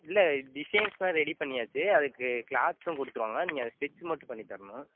இல்லை டிசைன்ஸ்லாம் ரெடி பண்ணியாச்சு அதுக்கு கிளாத்தும் கொடுத்துடுருவாங்க நீங்கள் அதை ஸ்டிச் மட்டும் பண்ணி தரணும்